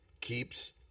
keeps